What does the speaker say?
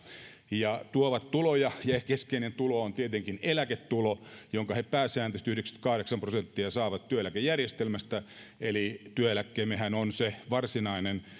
ja tuovat tuloja keskeinen tulo on tietenkin eläketulo jonka he pääsääntöisesti yhdeksänkymmentäkahdeksan prosenttia saavat työeläkejärjestelmästä eli työeläkkeemmehän on se varsinainen